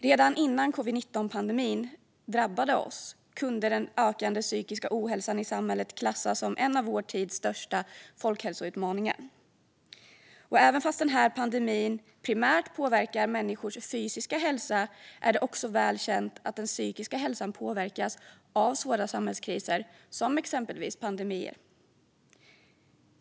Redan innan covid-19-pandemin drabbade oss kunde den ökande psykiska ohälsan i samhället klassas som en av vår tids största folkhälsoutmaningar. Även om pandemin primärt påverkar människors fysiska hälsa är det också väl känt att den psykiska hälsan påverkas av svåra samhällskriser, exempelvis pandemier.